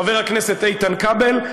חבר הכנסת איתן כבל,